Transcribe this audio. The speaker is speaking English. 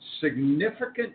significant